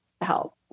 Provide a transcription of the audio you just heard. help